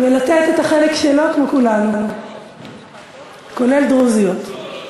ולתת את החלק שלו, כולל דרוזיות.